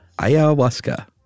ayahuasca